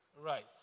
Right